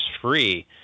free